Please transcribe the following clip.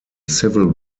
civil